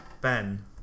Ben